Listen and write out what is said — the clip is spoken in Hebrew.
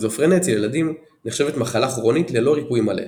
סכיזופרניה אצל ילדים נחשבת מחלה כרונית ללא ריפוי מלא.